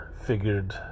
figured